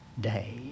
day